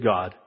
God